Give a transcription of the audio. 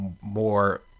more